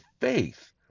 faith